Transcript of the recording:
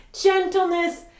gentleness